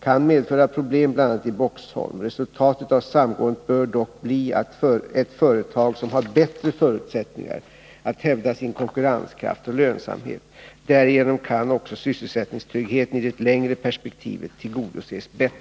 kan medföra problem, bl.a. i Boxholm. Resultatet av samgåendet bör dock bli ett företag som har bättre förutsättningar att hävda sin konkurrenskraft och lönsamhet. Därigenom kan också sysselsättningstryggheten i det längre perspektivet tillgodoses bättre.